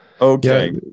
Okay